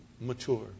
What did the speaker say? mature